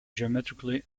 geometrically